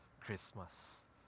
Christmas